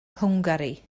hwngari